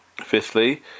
Fifthly